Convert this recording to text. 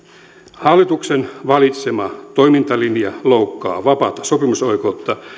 hallituksen valitsema toimintalinja loukkaa vapaata sopimusoikeutta